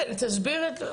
מה תסביר.